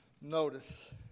notice